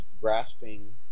grasping